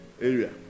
area